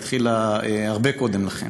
הן התחילו הרבה קודם לכן.